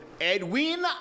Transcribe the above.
Edwin